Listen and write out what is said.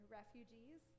refugees